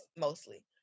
mostly